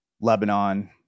Lebanon